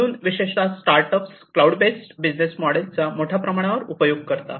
म्हणून विशेषतः startups cloud based business मॉडेलचा मोठ्या प्रमाणावर उपयोग करतात